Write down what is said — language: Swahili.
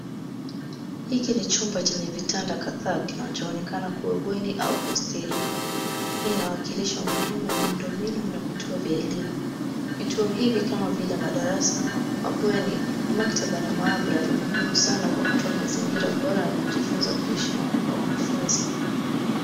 Hiki ni chumba chenye vitanda kadhaa kinachoonekana kuwa bweni au hosteli. Hii inawakilisha umuhimu wa miundombinu na vituo vya elimu. Vituo hivi kama vile madarasa, mabweni, maktaba na maabara ni muhimu sana kwa kutoa mazingira bora ya kujifunza na kuishi kwa wanafunzi